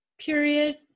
period